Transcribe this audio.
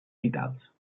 vitals